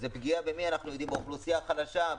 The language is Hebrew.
אנחנו יודעים במי זה פגיעה באוכלוסייה החלשה,